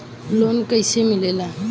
Loan कईसे मिलेला?